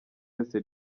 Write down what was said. yose